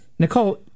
Nicole